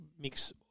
mix